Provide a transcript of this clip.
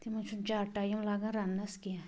تِمَن چھُنہٕ زیادٕ ٹایِم لَگان رَننَس کیٚنٛہہ